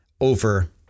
over